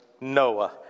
Noah